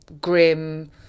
grim